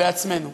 בעצמנו.